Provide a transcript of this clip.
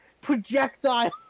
Projectile